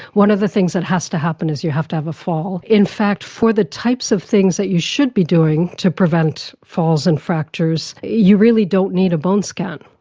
one of the things that has to happen is you have to have a fall. in fact for the types of things that you should be doing to prevent falls and fractures, you really don't need a bone scan.